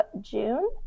June